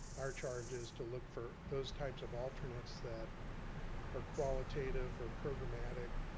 our charge is to look for those types of alternates that are qualitative or programmatic,